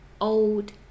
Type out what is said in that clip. old